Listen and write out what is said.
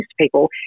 people